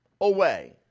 away